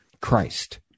Christ